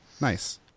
Nice